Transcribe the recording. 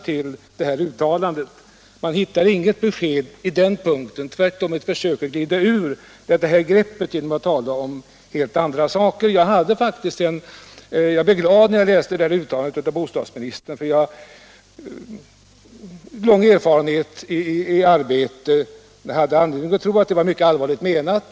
Jag hittar inte några klära besked där. Svaret innebär tvärtom ett försök att glida ur det här greppet genom att tala om helt andra saker. Jag blev glad när jag läste det uttalande som bostadsministern hade gjort. Min långa erfarenhet av samarbetet med bostadsministern gav mig anledning att tro att det 'var mycket allvarligt menat.